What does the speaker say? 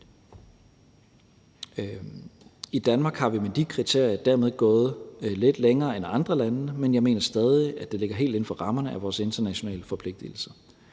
I Danmark er vi med de kriterier dermed gået lidt længere end andre lande, men jeg mener stadig, at det ligger helt inden for rammerne af vores internationale forpligtelser.